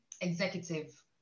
executive